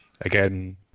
again